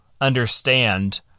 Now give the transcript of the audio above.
understand